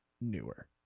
newer